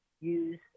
use